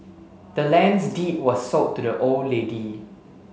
the land's deed was sold to the old lady